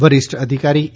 વરિષ્ઠ અધિકારી એ